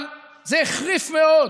אבל זה החריף מאוד,